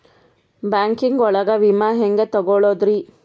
Banking ಒಳಗ ವಿಮೆ ಹೆಂಗ್ ತೊಗೊಳೋದ್ರಿ?